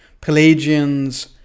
Pelagians